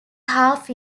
half